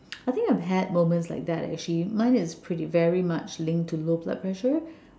I think I've had moments like that actually mine is pretty very much linked to low blood pressure